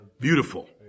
Beautiful